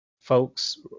folks